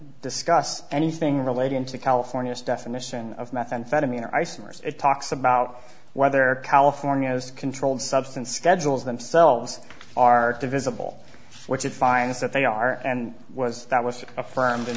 discuss anything relating to california's definition of methamphetamine isomers it talks about whether california is controlled substance schedules themselves are divisible which it finds that they are and was that was affirmed in